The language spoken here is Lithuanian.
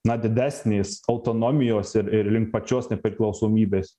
na didesnės autonomijos ir ir link pačios nepriklausomybės